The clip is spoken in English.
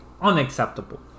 unacceptable